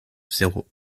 zéro